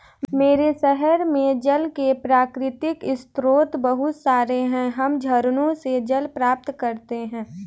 मेरे शहर में जल के प्राकृतिक स्रोत बहुत सारे हैं हम झरनों से जल प्राप्त करते हैं